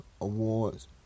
Awards